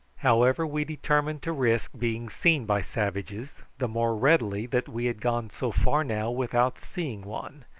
however we determined to risk being seen by savages, the more readily that we had gone so far now without seeing one,